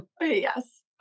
Yes